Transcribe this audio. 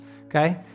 okay